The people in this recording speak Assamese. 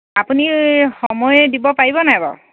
আপুনি সময় দিব পাৰিব নাই বাৰু